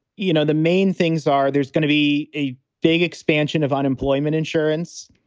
you know, the main things are there's going to be a big expansion of unemployment insurance.